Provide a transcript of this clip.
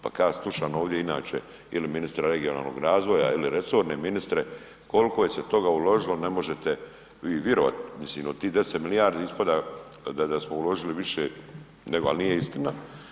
Pa kada ja slušam ovdje inače ili ministra regionalnog razvoja ili resorne ministre koliko je se toga uložilo ne možete vi virovat, mislim od tih 10 milijardi ispada da smo uložili više, ali nije istina.